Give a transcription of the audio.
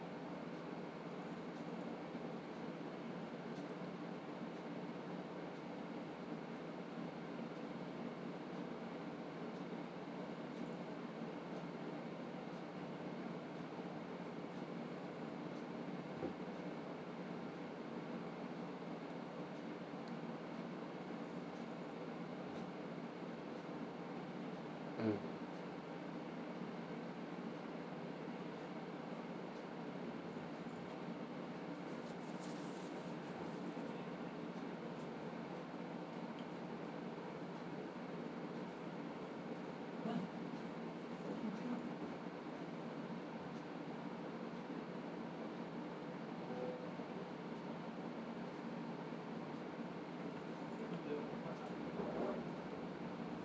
mm